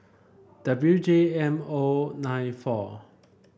W J M O nine four